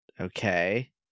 okay